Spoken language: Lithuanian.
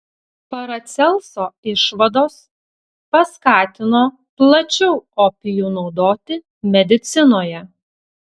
paracelso išvados paskatino plačiau opijų naudoti medicinoje